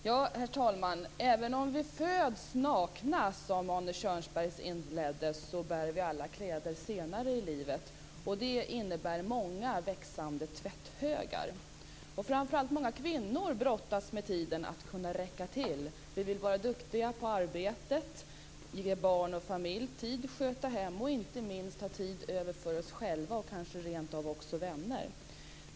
Herr talman! Även om vi föds nakna, som Arne Kjörnsberg inledde med att säga, bär vi alla kläder senare i livet. Det innebär många växande tvätthögar. Framför allt många kvinnor brottas med tiden, med att kunna räcka till. Vi vill vara duktiga på arbetet, ge barn och familj tid, sköta hemmet och inte minst ha tid över för oss själva och kanske rentav också för vänner.